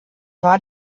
war